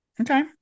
Okay